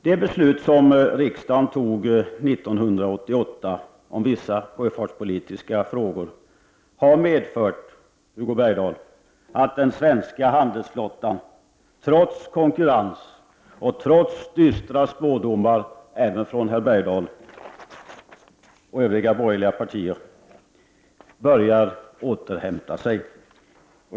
Det beslut som riksdagen fattade 1988 om vissa sjöfartspolitiska frågor har, Hugo Bergdahl, medfört att den svenska handelsflottan, trots konkurrens och trots dystra spådomar även från herr Bergdahl och representanter från övriga borgerliga partier har börjat återhämta sig.